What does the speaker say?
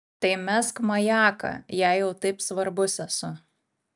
tai mesk majaką jei jau taip svarbus esu